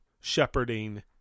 shepherding